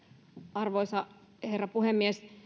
arvoisa herra puhemies